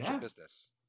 business